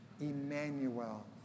Emmanuel